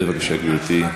בבקשה, גברתי.